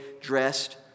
dressed